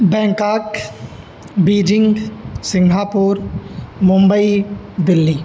Bangkok Beijing Singapore Mumbai Delhi